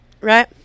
Right